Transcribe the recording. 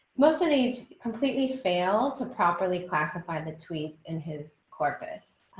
most of these completely fail to properly classify the tweets in his corpus.